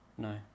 no